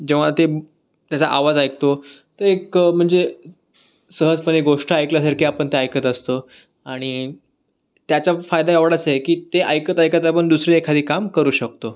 जेव्हा ते त्याचा आवाज ऐकतो तर एक म्हणजे सहजपणे गोष्ट ऐकल्यासारखी आपण ते ऐकत असतो आणि त्याचा फायदा एवढाच आहे की ते ऐकत ऐकत आपण दुसरी एखादी काम करू शकतो